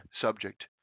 subject